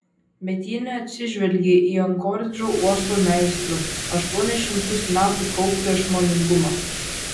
bet ji neatsižvelgė į ankoridžo uosto meistrų aštuonis šimtus metų kauptą išmoningumą